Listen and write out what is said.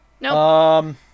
No